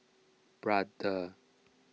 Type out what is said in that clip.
Brother